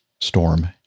storm